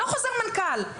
לא חוזר מנכ"ל.